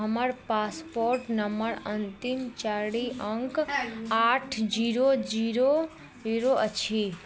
हमर passport number अन्तिम चारि अङ्क आठ जीरो जीरो जीरो अछि